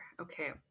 Okay